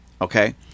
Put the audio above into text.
okay